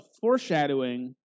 foreshadowing